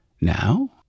now